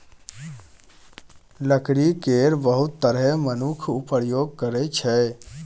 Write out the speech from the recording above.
लकड़ी केर बहुत तरहें मनुख प्रयोग करै छै